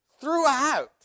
throughout